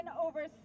over